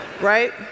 right